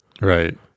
right